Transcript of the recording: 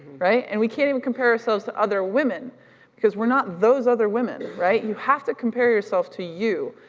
right and we can't even compare ourselves to other women because we're not those other women, right, you have to compare yourself to you,